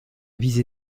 visé